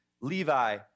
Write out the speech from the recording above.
Levi